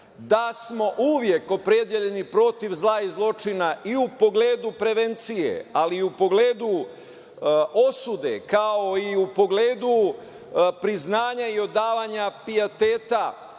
da smo uvek opredeljeni protiv zla i zločina i u pogledu prevencije, ali i u pogledu osude, kao i u pogledu priznanja i odavanja pijeteta